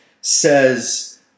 says